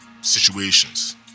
situations